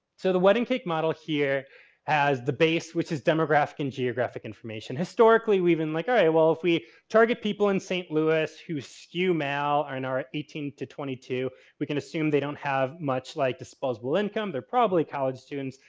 so, the wedding-cake model here as the base which is demographic and geographic information. historically we've been like alright, well, if we target people in st. louis whose skew male are in our eighteen to twenty two. we can assume they don't have much like disposable income. they're probably college students,